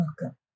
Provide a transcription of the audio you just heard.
welcome